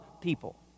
people